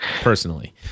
Personally